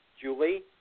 Julie